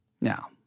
Now